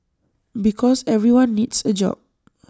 because everyone needs A job